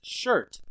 shirt